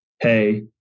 hey